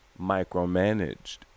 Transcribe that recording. micromanaged